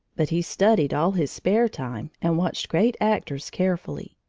but he studied all his spare time and watched great actors carefully,